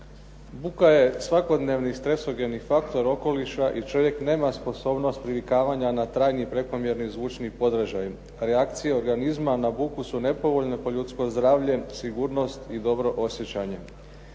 Buka je svakodnevni stresogeni faktor okoliša i čovjek nema sposobnost privikavanja na trajni prekomjerni zvučni podražaj. Reakcije organizma na buku su nepovoljne po ljudsko zdravlje, sigurnost i dobro osjećanje.